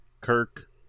Kirk